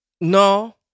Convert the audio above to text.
No